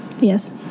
Yes